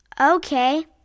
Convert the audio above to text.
Okay